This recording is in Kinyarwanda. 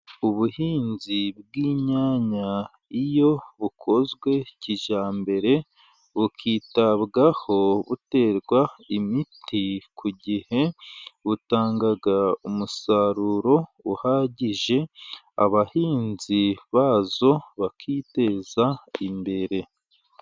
Ubuhinzi bw imyanya, iyo bukozwe kijyambere, bukitabwaho uterwa imiti ku gihe, butanga umusaruro uhagije, abahinzi bazo bakiteza imbere.